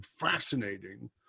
fascinating